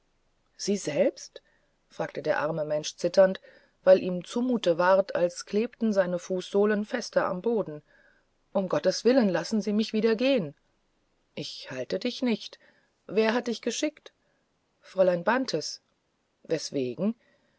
sie selbst sagte der arme mensch zitternd weil ihm zumute ward als klebten seine fußsohlen fester am boden um gottes willen lassen sie mich wieder gehen ich halte dich nicht wer hat dich geschickt fräulein bantes weswegen